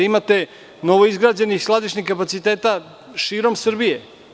Imate novoizgrađenih skladišnih kapaciteta širom Srbije.